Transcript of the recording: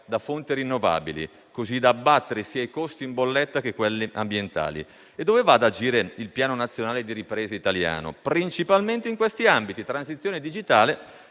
da fonti rinnovabili, così da abbattere i costi sia in bolletta, sia ambientali. Dove va ad agire il Piano nazionale di ripresa italiano? Principalmente nei seguenti ambiti: transizione digitale